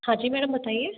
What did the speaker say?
हाँ जी मैडम बताएं